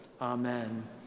Amen